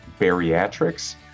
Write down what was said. bariatrics